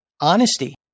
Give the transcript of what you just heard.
honesty